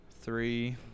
Three